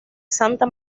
santa